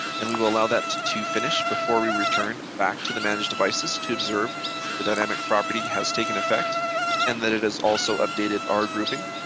and we will allow that to finish before we return back to the manage devices to observe that the dynamic property has taken effect and that it is also updated our grouping.